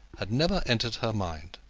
had never entered her mind.